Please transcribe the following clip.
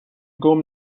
گـم